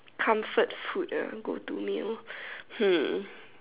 comfort food ah go to meal hmm